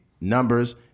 numbers